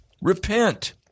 Repent